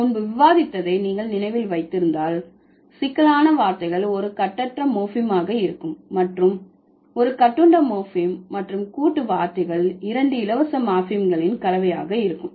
நாம் முன்பு விவாதித்ததை நீங்கள் நினைவில் வைத்திருந்தால் சிக்கலான வார்த்தைகள் ஒரு கட்டற்ற மோர்பீம் ஆக இருக்கும் மற்றும் ஒரு கட்டுண்ட மோர்பீம் மற்றும் கூட்டு வார்த்தைகள் இரண்டு இலவச மார்பிம்களின் கலவையாக இருக்கும்